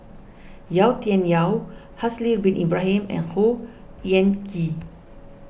Yau Tian Yau Haslir Bin Ibrahim and Khor Ean Ghee